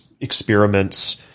experiments